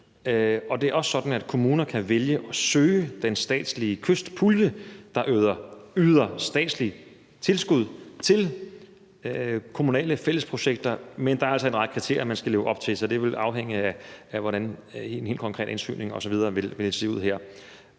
Det er også sådan, at kommuner kan vælge at søge den statslige kystbeskyttelsespulje, der yder statsligt tilskud til kommunale fællesprojekter, men der er altså en række kriterier, man skal leve op til, så det vil afhænge af, hvordan en helt konkret ansøgning osv. vil se ud her.